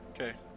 Okay